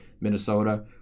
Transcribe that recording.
Minnesota